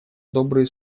добрые